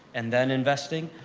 and then investing,